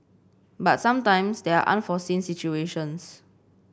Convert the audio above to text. but sometimes there are unforeseen situations